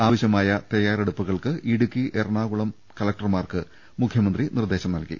ആവശ്യമായ തയ്യാറെടുപ്പുകൾക്ക് ഇടുക്കി എറണാകുളം കലക്ടർമാർക്ക് മുഖ്യമന്ത്രി നിർദ്ദേശം നൽകി